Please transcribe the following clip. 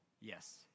Yes